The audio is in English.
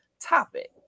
topic